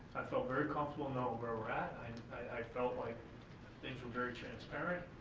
felt very comfortable knowing where we're at, i felt like things were very transparent.